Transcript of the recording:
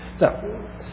Now